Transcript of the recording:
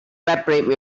reprieve